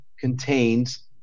contains